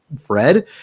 fred